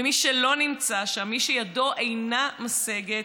ומי שלא נמצא שם, מי שידו אינה משגת,